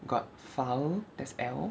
got farl that's L